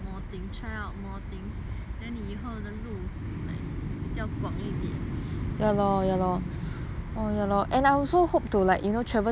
你以后的路 like 比较宽一点